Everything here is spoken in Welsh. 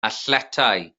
athletau